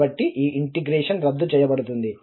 కాబట్టి ఆ ఇంటిగ్రల్ రద్దు చేయబడుతుంది